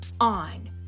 on